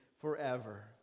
forever